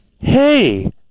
Hey